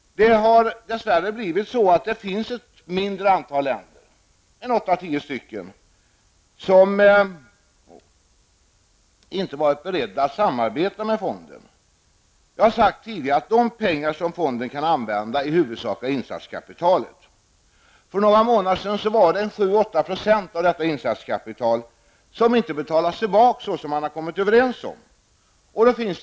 Det har dess värre blivit så att det finns ett mindre antal länder, åtta--tio stycken, som inte varit beredda att samarbeta med fonden. Jag har tidigare sagt att de pengar som fonden kan använda i huvudsak är insatskapitalet. För några månader sedan hade 7--8 % av detta insatskapital inte betalats tillbaka som överenskommits.